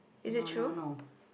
no no no